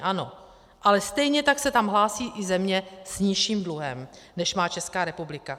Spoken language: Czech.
Ano, ale stejně tak se tam hlásí i země s nižším dluhem, než má Česká republika.